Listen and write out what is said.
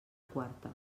quarta